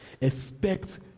Expect